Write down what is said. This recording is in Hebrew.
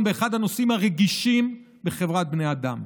באחד הנושאים הרגישים בחברת בני אדם.